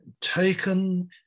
taken